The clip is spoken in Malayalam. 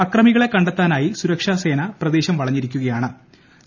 അക്രമികളെ കണ്ടെത്താനായി സുരക്ഷാസേന പ്രദേശം വളഞ്ഞിരിക്കുകയാണ്ട്